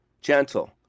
gentle